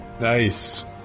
Nice